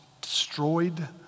destroyed